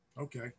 Okay